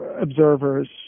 observers